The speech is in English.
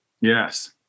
Yes